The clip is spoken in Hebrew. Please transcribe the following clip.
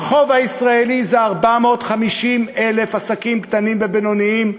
הרחוב הישראלי זה 450,000 עסקים קטנים ובינוניים,